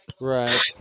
Right